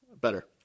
Better